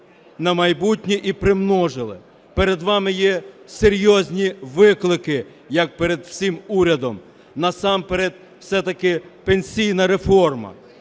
на майбутнє і примножили. Перед вами є серйозні виклики, як перед всім урядом, насамперед все-таки пенсійна реформа.